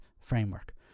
framework